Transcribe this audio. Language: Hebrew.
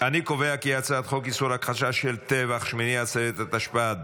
חוק איסור הכחשה של טבח שמיני עצרת התשפ"ד